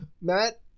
Matt